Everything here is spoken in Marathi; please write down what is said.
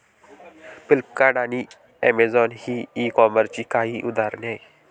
फ्लिपकार्ट आणि अमेझॉन ही ई कॉमर्सची काही उदाहरणे आहे